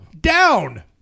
Down